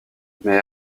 mais